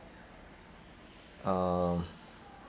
uh